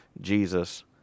Jesus